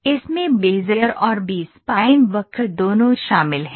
इसमें बेज़ियर और B spline वक्र दोनों शामिल हैं